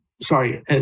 sorry